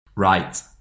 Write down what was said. Right